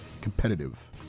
competitive